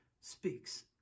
speaks